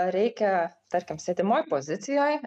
reikia tarkim sėdimoj pozicijoj